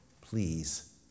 please